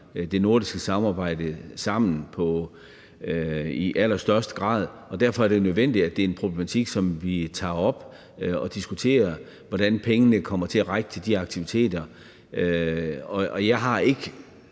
det nordiske samarbejde sammen, og derfor er det nødvendigt, at vi tager den problematik op, og at vi diskuterer, hvordan pengene kommer til at række til de aktiviteter. Jeg har ikke